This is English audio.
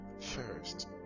first